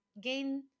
gain